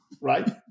right